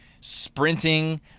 sprinting